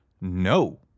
No